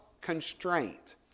constraint